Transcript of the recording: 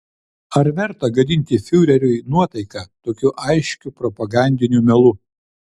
ar verta gadinti fiureriui nuotaiką tokiu aiškiu propagandiniu melu